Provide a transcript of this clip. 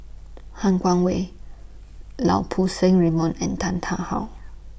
Han Guangwei Lau Poo Seng Raymond and Tan Tarn How